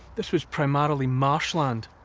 this was primarily marshland.